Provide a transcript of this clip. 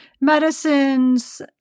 medicines